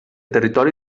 territori